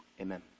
amen